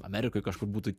amerikoj kažkur būtų